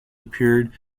appeared